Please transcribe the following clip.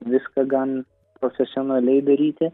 viską gan profesionaliai daryti